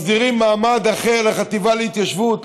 מסדירים מעמד אחר לחטיבה להתיישבות,